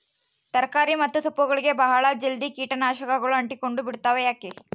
ತರಕಾರಿ ಮತ್ತು ಸೊಪ್ಪುಗಳಗೆ ಬಹಳ ಜಲ್ದಿ ಕೇಟ ನಾಶಕಗಳು ಅಂಟಿಕೊಂಡ ಬಿಡ್ತವಾ ಯಾಕೆ?